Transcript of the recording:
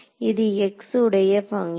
இது x உடைய function